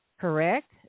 correct